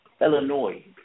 Illinois